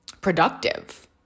productive